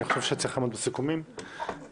אני חושב שצריך לעמוד בסיכומים שסוכמו,